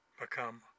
become